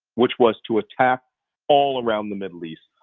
which was to attack all around the middle east,